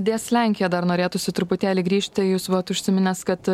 des lenkiją dar norėtųsi truputėlį grįžti jus vot užsiminęs kad